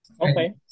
Okay